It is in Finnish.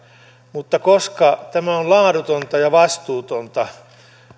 mutta koska tämä on laadutonta ja vastuutonta